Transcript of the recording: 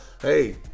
hey